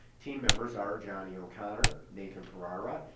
team members are johnny o'connor, nathan ferrara,